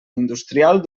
industrial